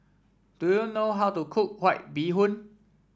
do you know how to cook White Bee Hoon